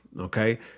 okay